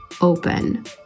open